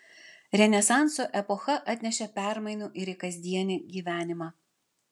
renesanso epocha atnešė permainų ir į kasdienį gyvenimą